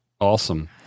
Awesome